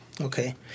Okay